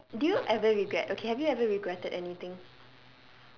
and do you ever regret okay have you ever regretted anything